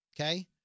Okay